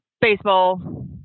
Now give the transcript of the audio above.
baseball